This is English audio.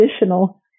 additional